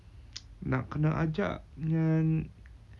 nak kena ajak dengan